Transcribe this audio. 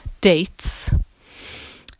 dates